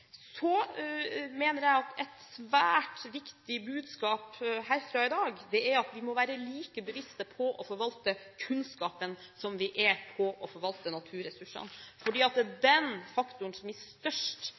Så mener jeg at et svært viktig budskap herfra i dag er at vi må være like bevisste på å forvalte kunnskapen som vi er på å forvalte naturressursene, for det er